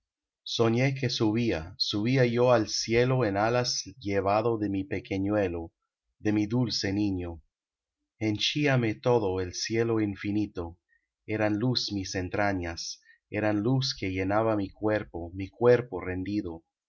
soñé que subía subía yo al cielo en alas llevado de mi pequeñuelo de mi dulce niño henchíame todo el cielo infinito eran luz mis entrañas eran luz que llenaba mi cuerpo mi cuerpo rendido